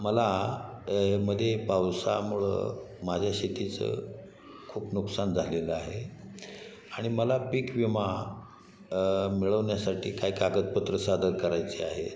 मला मध्ये पावसामुळे माझ्या शेतीचं खूप नुकसान झालेले आहे आणि मला पीक विमा मिळवण्यासाठी काय कागदपत्रं सादर करायचे आहे